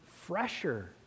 fresher